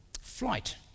flight